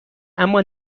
اما